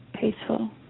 peaceful